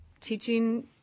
teaching